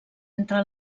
entre